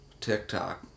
tiktok